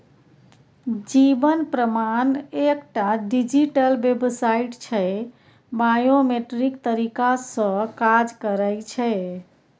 जीबन प्रमाण एकटा डिजीटल बेबसाइट छै बायोमेट्रिक तरीका सँ काज करय छै